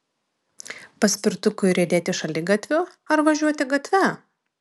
paspirtukui riedėti šaligatviu ar važiuoti gatve